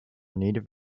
native